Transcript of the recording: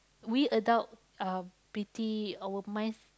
we adult uh pity our mind